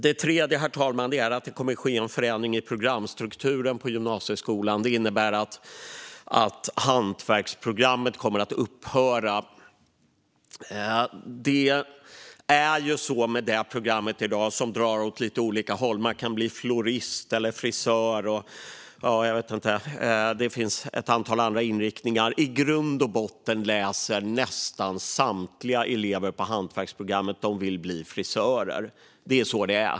Det tredje, herr talman, är att det kommer att ske en förändring i programstrukturen på gymnasieskolan, som innebär att hantverksprogrammet kommer att upphöra. Det programmet drar i dag åt lite olika håll. Man kan bli florist eller frisör, och det finns ett antal andra inriktningar. I grund och botten vill nästan samtliga elever som läser på hantverksprogrammet bli frisörer.